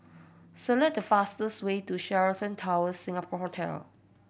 select the fastest way to Sheraton Towers Singapore Hotel